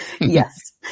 yes